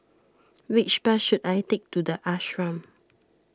which bus should I take to the Ashram